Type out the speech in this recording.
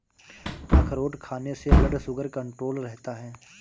अखरोट खाने से ब्लड शुगर कण्ट्रोल रहता है